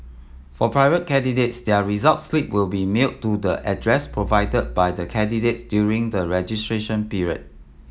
for private candidates their result slip will be mailed to the address provided by the candidates during the registration period